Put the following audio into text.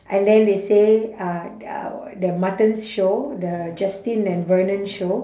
and then they say uh our the muttons show the justin and vernon show